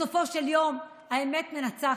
בסופו של יום האמת מנצחת.